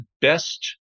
best